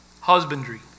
Husbandry